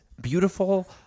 beautiful